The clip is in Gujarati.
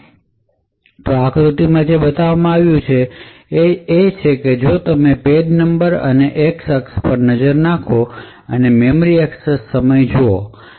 તો આ વિશિષ્ટ આકૃતિમાં જે બતાવવામાં આવ્યું છે તે છે જો તમે પેજ નંબરો અને x અક્ષ પર નજર નાખો અને મેમરી એક્સેસ સમય જોઇયે